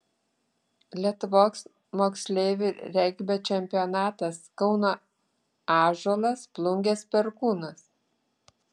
lietuvos moksleivių regbio čempionatas kauno ąžuolas plungės perkūnas